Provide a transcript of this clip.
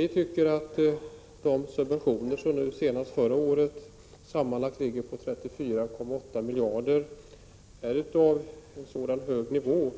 Vi tycker att dessa subventioner som förra året uppgick till sammanlagt 34,8 miljarder 27 ligger på en så hög nivå